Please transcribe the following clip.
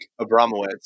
Abramowitz